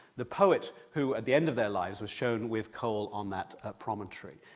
the poet who at the end of their lives was shown with cole on that promontory.